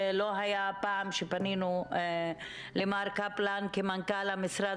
לא היה פעם שפנינו למר קפלן כמנכ"ל המשרד,